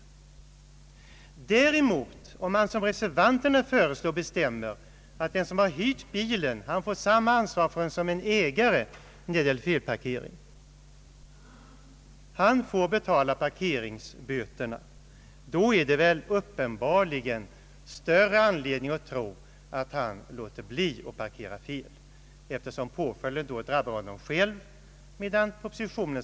Om däremot enligt reservanternas förslag den som har hyrt bilen får samma ansvar som ägaren vid felparkering och får betala parkeringsböterna, då är det uppenbarligen större anledning att tro att han undviker att parkera fel, eftersom påföljden då drabbar honom själv.